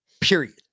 Period